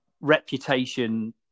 reputation